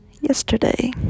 yesterday